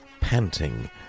panting